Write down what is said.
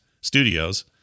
Studios